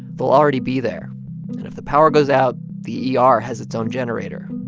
they'll already be there. and if the power goes out, the yeah ah er has its own generator